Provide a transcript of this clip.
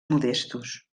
modestos